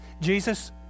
Jesus